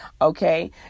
okay